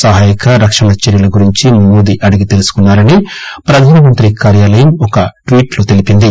సహాయ రక్షణ చర్యల గురించి మోదీ తెలుసుకున్నారని ప్రధానమంత్రి కార్యాలయం ఒక ట్వీట్ లో తెలిపింది